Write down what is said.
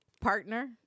partner